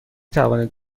توانید